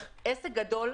עסק גדול,